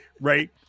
Right